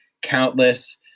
countless